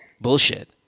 bullshit